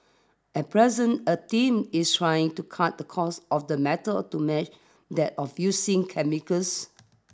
at present a team is trying to cut the cost of the metal to match that of using chemicals